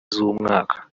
z’umwaka